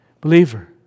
Believer